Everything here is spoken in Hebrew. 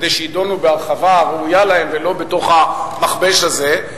כדי שיידונו בהרחבה הראויה להם ולא בתוך המכבש הזה.